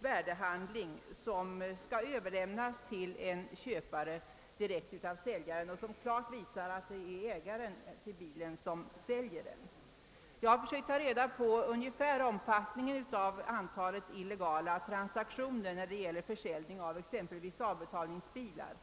värdehandling, som skulle kunna överlämnas till köparen direkt av säljaren. Denna skulle kunna klart visa att det är ägaren som säljer bilen. Jag har försökt ta reda på det ungefärliga antalet illegala transaktioner när det gäller försäljning av t.ex. avbetalningsbilar.